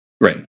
Right